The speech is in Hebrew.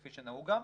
כפי שנהוג גם,